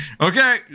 Okay